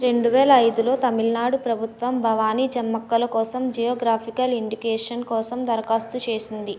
రెండు వేల ఐదులో తమిళనాడు ప్రభుత్వం భవాని జమక్కల కోసం జియోగ్రాఫికల్ ఇండికేషన్ కోసం దరఖాస్తు చేసింది